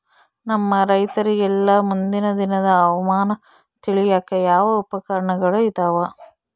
ನಮ್ಮ ರೈತರಿಗೆಲ್ಲಾ ಮುಂದಿನ ದಿನದ ಹವಾಮಾನ ತಿಳಿಯಾಕ ಯಾವ ಉಪಕರಣಗಳು ಇದಾವ?